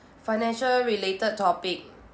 financial related topic